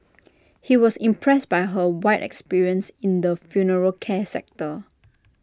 he was impressed by her wide experience in the funeral care sector